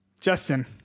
Justin